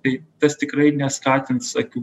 tai tas tikrai neskatins akių